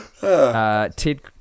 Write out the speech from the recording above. ted